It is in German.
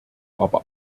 aber